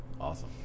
Awesome